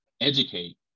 educate